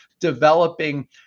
developing